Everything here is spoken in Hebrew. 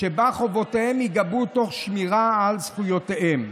שבה חובותיהן ייגבו תוך שמירה על זכויותיהן.